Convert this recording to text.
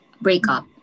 breakup